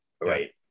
right